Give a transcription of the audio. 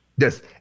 Yes